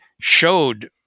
showed